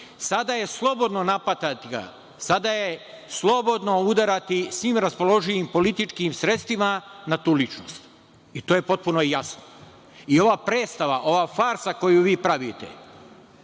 sada je slobodno napadati ga, sada je slobodno udarati svim raspoloživim političkim sredstvima na tu ličnost. To je potpuno jasno.I ova predstava, ova farsa koju vi pravite,